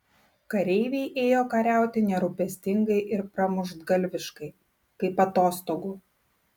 kareiviai ėjo kariauti nerūpestingai ir pramuštgalviškai kaip atostogų